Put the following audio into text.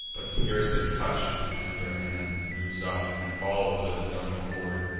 but scarcely touch'd with tender hands, moves up, and follows of its own accord,